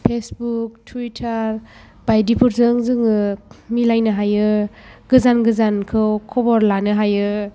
Facebook Twitter बायदिफोरजों जोङो मिलायनो हायो गोजान गोजानखौ ख'बर लानो हायो